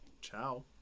ciao